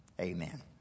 amen